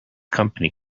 company